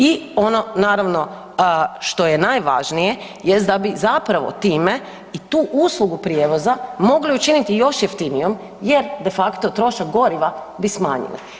I ono naravno što je najvažnije jest da bi zapravo time i tu uslugu prijevoza mogli učiniti još jeftinijom jer de facto trošak goriva bi smanjili.